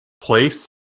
place